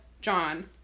john